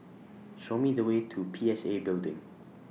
Show Me The Way to P S A Building